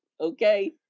okay